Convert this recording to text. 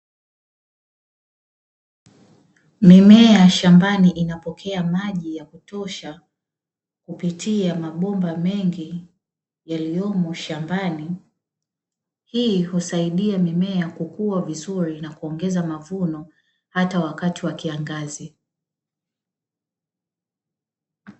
Mimea shambani inapokea maji ya kutosha kupitia mabomba mengi yaliyomo shambani. Hii husaidia mimea kukua vizuri na kuongeza mavuno hata wakati wa kiangazi.